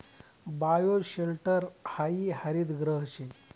bioshelter हायी हरितगृह शे